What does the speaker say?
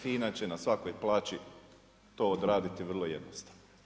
FINA će na svakoj plaći to odraditi vrlo jednostavno.